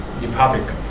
republic